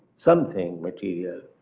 something material.